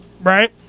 right